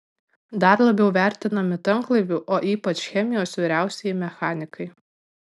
dar labiau vertinami tanklaivių o ypač chemijos vyriausieji mechanikai